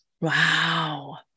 Wow